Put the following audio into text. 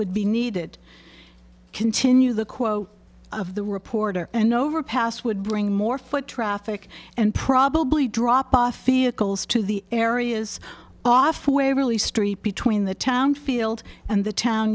would be needed continue the quote of the reporter an overpass would bring more foot traffic and probably drop off ia cols to the areas off waverly street between the town field and the town